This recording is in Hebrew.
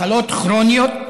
מחלות כרוניות